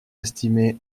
estimée